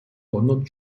london